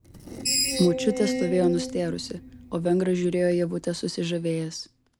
močiutė stovėjo nustėrusi o vengras žiūrėjo į ievutę susižavėjęs